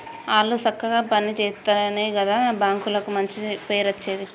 ఆళ్లు సక్కగ పని జేత్తెనే గదా బాంకులకు మంచి పేరచ్చేది